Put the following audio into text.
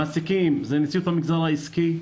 המעסיקים הם המגזר העסקי,